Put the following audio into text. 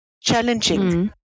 challenging